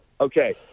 Okay